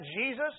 Jesus